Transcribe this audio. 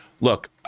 Look